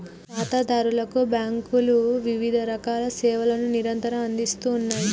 ఖాతాదారులకు బ్యాంకులు వివిధరకాల సేవలను నిరంతరం అందిస్తూ ఉన్నాయి